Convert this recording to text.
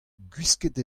gwisket